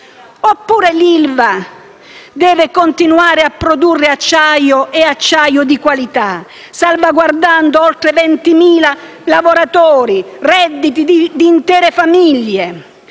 Oppure l'ILVA deve continuare a produrre acciaio di qualità, salvaguardando oltre 20.000 lavoratori, redditi di intere famiglie?